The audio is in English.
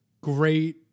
great